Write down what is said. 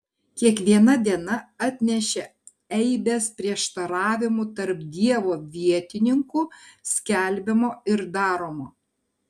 kiekviena diena atnešė eibes prieštaravimų tarp dievo vietininkų skelbiamo ir daromo